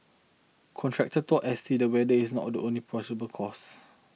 contractor told S T the weather is not the only possible cause